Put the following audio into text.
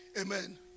Amen